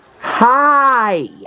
Hi